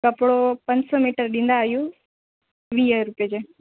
कपिड़ो पंज सौ मीटर ॾींदा आहियूं वीह रुपए जो